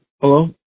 Hello